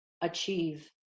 achieve